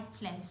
place